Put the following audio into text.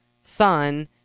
son